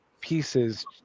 pieces